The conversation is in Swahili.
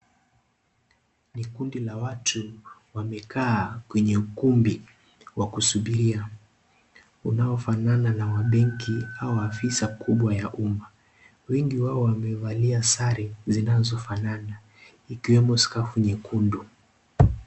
Ni kundi wa watu wamekaa kwenye ukumbi wa kusubiria unaofanana na wa benki au ofisi kubwa ya umaa. Wengi wao wamevalia sare inayofanana ikiwemo skafu nyekundu.